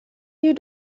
you